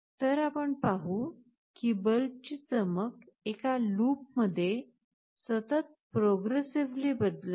तर आपण पाहू की बल्बची चमक एका लूपमध्ये सतत प्रोग्रेससिव्हली बदलत आहे